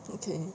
okay